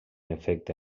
efecte